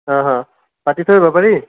পাতি থৈ আহিব পাৰি